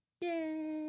Yay